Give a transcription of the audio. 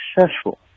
successful